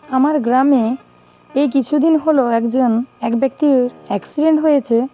আমার গ্রামে এই কিছু দিন হলো একজন এক ব্যক্তির অ্যাক্সিডেন্ট হয়েছে